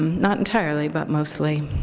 not entirely, but mostly.